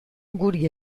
guri